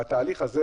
בתהליך הזה